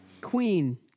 Queen